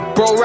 Bro